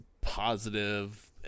positive